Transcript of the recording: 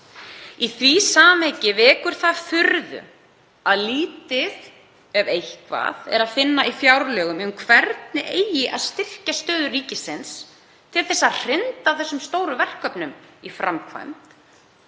Í því samhengi vekur furðu að lítið ef eitthvað er að finna í fjárlögum um hvernig eigi að styrkja stöðu ríkisins til að hrinda þessum stóru verkefnum í framkvæmd.